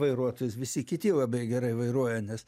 vairuotojus visi kiti labai gerai vairuoja nes